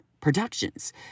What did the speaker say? Productions